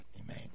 Amen